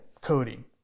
coding